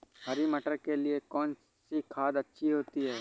हरी मटर के लिए कौन सी खाद अच्छी होती है?